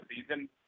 season